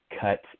cut